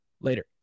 later